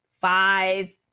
five